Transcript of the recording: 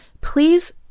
Please